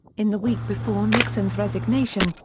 in the week before nixon's resignation,